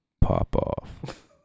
Pop-Off